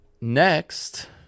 Next